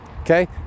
okay